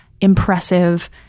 impressive